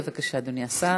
בבקשה, אדוני השר.